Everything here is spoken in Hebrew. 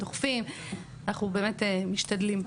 אנחנו באמת משתדלים.